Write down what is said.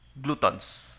glutons